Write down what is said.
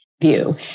view